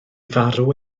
farw